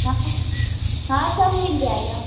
हाँ हाँ सब मिल जाएगा